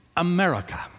America